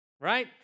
right